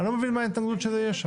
אני לא מבין מה ההתנגדות שזה יהיה שם.